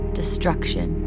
destruction